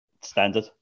Standard